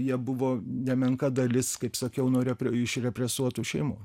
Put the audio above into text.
jie buvo nemenka dalis kaip sakiau noriu iš represuotų šeimų